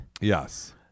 yes